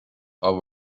are